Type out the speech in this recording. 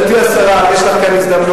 גברתי השרה, יש לך כאן הזדמנות.